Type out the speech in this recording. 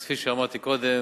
אז כפי שאמרתי קודם,